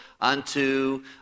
unto